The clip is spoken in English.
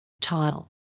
tile